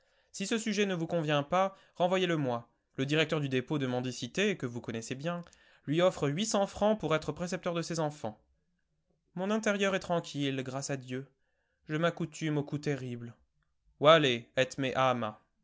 si ce sujet ne vous convient pas renvoyez le moi le directeur du dépôt de mendicité que vous connaissez bien lui offre huit cents francs pour être précepteur de ses enfants mon intérieur est tranquille grâce à dieu je m'accoutume au coup terrible